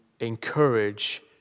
encourage